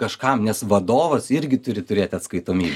kažkam nes vadovas irgi turi turėt atskaitomybę